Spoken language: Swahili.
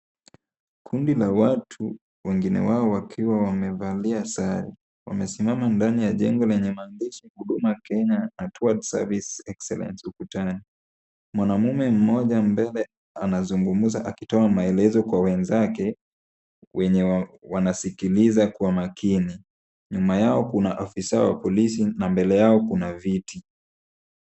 Kundi la watu wengine wao wakiwa wamevalia sare wamesimama mbele ya jengo yenye maandishi Huduma Kenya towards service excellence ukutani. Mwanamume mmoja ambaye anazungumza akitoa maelezo kwa wenzake wenye wanasikiliza kwa makini. Nyuma yao kuna afisa wa polisi na mbele yao kuna viti.